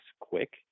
quick